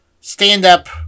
stand-up